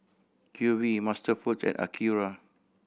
Q V MasterFoods and Acura